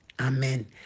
Amen